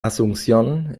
asunción